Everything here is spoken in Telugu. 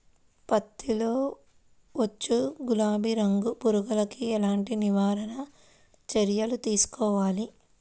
పత్తిలో వచ్చు గులాబీ రంగు పురుగుకి ఎలాంటి నివారణ చర్యలు తీసుకోవాలి?